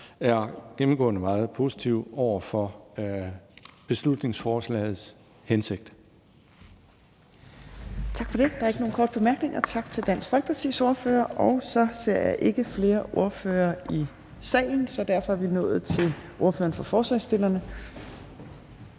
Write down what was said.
er gennemgående meget positive over for beslutningsforslagets hensigt.